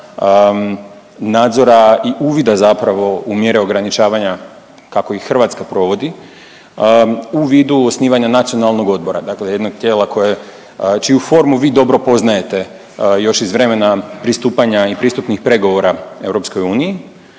nadzora i uvida zapravo u mjere ograničavanja kako ih Hrvatska provodi u vidu osnivanja nacionalnog odbora, dakle jednog tijela čiju formu vi dobro poznajete još iz vremena pristupanja i pristupnih pregovora EU. I moje je